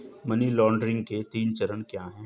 Money laundering के तीन चरण क्या हैं?